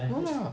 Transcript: no lah